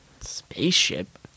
Spaceship